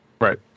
Right